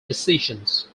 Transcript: decisions